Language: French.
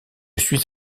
suis